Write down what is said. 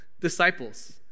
disciples